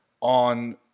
on